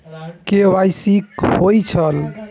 KYC कि होई छल?